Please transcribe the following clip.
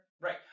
Right